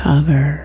Cover